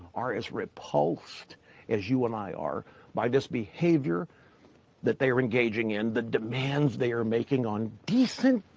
are is repulsed as you and i are by this behavior that they are engaging in, the demands they are making on decent,